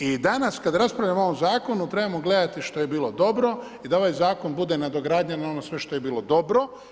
I danas kada raspravljamo o ovom zakonu trebamo gledati što je bilo dobro i da ovaj zakon bude nadogradnja na ono sve što je bilo dobro.